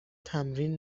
تمرین